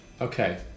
Okay